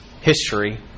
history